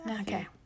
Okay